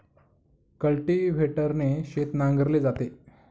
कल्टिव्हेटरने शेत नांगरले जाते